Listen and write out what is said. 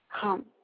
Come